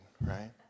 right